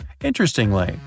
Interestingly